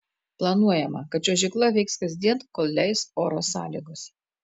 planuojama kad čiuožykla veiks kasdien kol leis oro sąlygos